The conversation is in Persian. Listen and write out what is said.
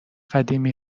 قدیمی